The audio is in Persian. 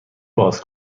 باز